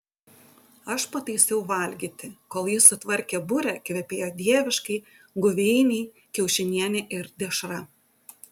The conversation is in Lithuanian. aš pataisiau valgyti kol jis sutvarkė burę kvepėjo dieviškai guveiniai kiaušinienė ir dešra